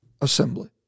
assembly